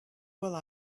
while